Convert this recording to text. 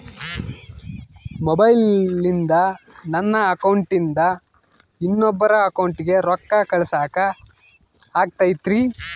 ಮೊಬೈಲಿಂದ ನನ್ನ ಅಕೌಂಟಿಂದ ಇನ್ನೊಬ್ಬರ ಅಕೌಂಟಿಗೆ ರೊಕ್ಕ ಕಳಸಾಕ ಆಗ್ತೈತ್ರಿ?